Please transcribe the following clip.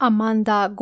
Amanda